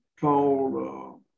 called